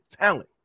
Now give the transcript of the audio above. talent